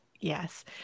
Yes